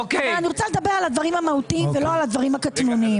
אבל אני רוצה לדבר על הדברים המהותיים ולא על הדברים הקטנוניים.